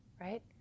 right